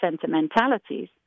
sentimentalities